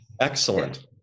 excellent